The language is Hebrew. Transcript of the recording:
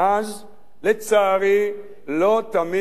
לצערי, לא תמיד נהגו כך,